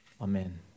amen